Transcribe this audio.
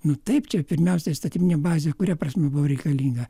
nu taip čia pirmiausia įstatyminė bazė kuria prasme buvo reikalinga